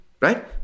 Right